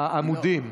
העמודים.